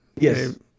Yes